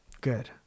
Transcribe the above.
Good